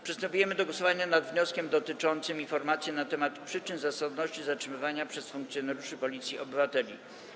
Przystępujemy do głosowania nad wnioskiem dotyczącym informacji na temat przyczyn i zasadności zatrzymywania przez funkcjonariuszy Policji obywateli.